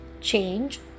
change